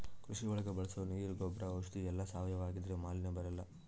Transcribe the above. ಕೃಷಿ ಒಳಗ ಬಳಸೋ ನೀರ್ ಗೊಬ್ರ ಔಷಧಿ ಎಲ್ಲ ಸಾವಯವ ಆಗಿದ್ರೆ ಮಾಲಿನ್ಯ ಬರಲ್ಲ